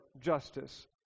justice